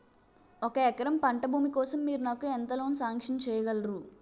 ఒక ఎకరం పంట భూమి కోసం మీరు నాకు ఎంత లోన్ సాంక్షన్ చేయగలరు?